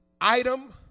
item